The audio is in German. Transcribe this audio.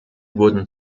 wurden